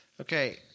Okay